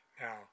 Now